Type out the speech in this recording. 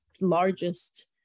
largest